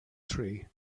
tree